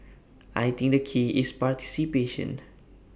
I think the key is participation